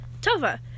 Tova